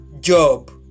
job